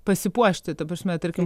pasipuošti ta prasme tarkim